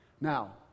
Now